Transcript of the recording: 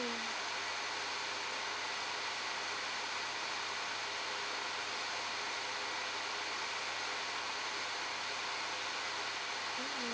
mm